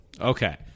Okay